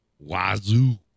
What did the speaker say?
Wazoo